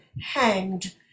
hanged